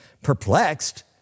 Perplexed